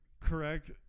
Correct